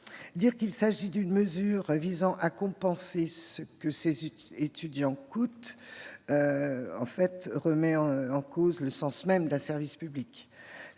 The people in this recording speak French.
Dire qu'il s'agit d'une mesure visant à compenser ce que ces étudiants coûtent, c'est remettre en cause le sens même d'un service public